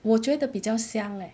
我觉得比较香 leh